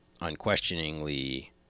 unquestioningly